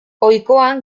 ohikoan